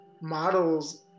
models